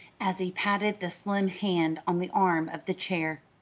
as he patted the slim hand on the arm of the chair.